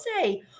say